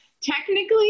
technically